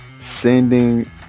sending